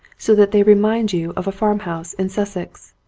so that they remind you of a farmhouse in sussex.